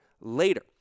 later